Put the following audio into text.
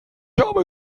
habe